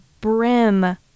brim